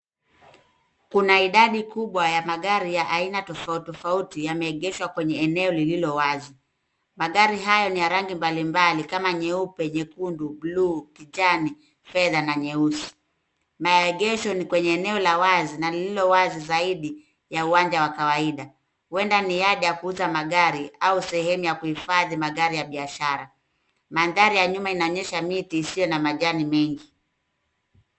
Kuna idadi kubwa ya magari ya aina tofauti, tofauti yameegeshwa kwenye eneo lililowazi. Magari hayo ni ya rangi mbalimbali kama nyeupe, jekundu, bluu, kijani. fedha na nyeusi. Maegesho ni kwenye eneo la wazi na lililowazi zaidi ya uwanja wa kawaida. Huenda ni yadi ya kuuza magari au sehemu ya kuhifadhi magari ya biashara. Mandhari ya nyuma inaonyesha miti isiyo na majani mengi.